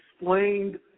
explained